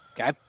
Okay